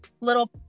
little